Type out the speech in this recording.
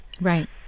right